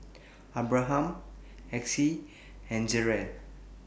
Abraham Exie and Jerrel